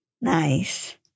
Nice